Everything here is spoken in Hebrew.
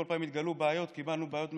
כל פעם התגלו בעיות, קיבלנו בעיות מהציבור,